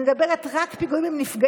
אני מדברת רק על פיגועים עם נפגעים,